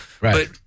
Right